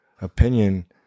opinion